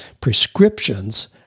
prescriptions